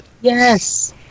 yes